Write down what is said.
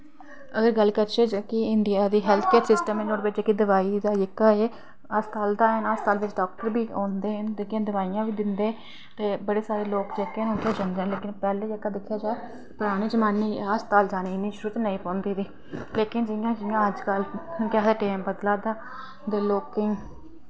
अगर गल्ल करचै जेह्की इंडिया दी हैल्थ केयर सिस्टम ऐ नोह्ड़े बिच कि दवाई दा जेह्का के हपस्ताल दा हैन हपस्ताल बिच डाक्टर बी होंदे न जेह्की दवाइयां वि दिंदे ते बड़े सारे लोक जेह्के उत्थे जन्दे न लेकिन पैह्ले जेह्का दिक्खेआ जा पराने जमाने हास्ताल जाने इन्नी जरूरत नेईं पोंदी ही लेकिन जि'यां जि'यां अज्जकल केह् आखदे टैम बदला दा ते लोकें